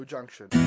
Junction